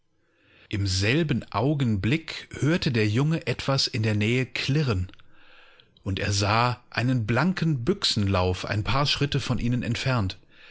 im selben augenblick hörte der junge etwas in der nähe klirren und er sah einen blanken büchsenlauf ein paar schritte von ihnen entfernt